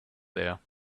there